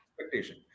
expectation